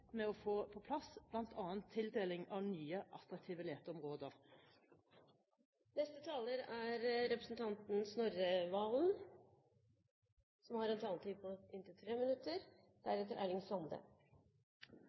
med å få på plass bl.a. tildeling av nye attraktive leteområder. Det er tydeligvis ikke bare representanten Astrup som